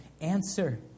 answer